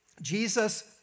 Jesus